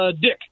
Dick